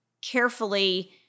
carefully